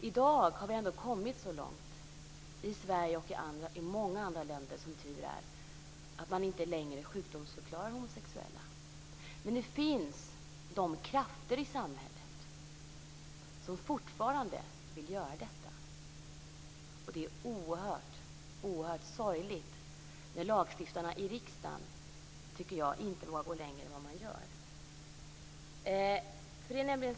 I dag har vi ändå, som tur är, kommit så långt i Sverige - och det gäller också många andra länder - att homosexuella inte längre sjukförklaras. Men det finns de krafter i samhället som fortfarande vill göra detta, och det är oerhört sorgligt när lagstiftarna i riksdagen inte vågar gå längre än vad de gör.